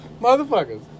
Motherfuckers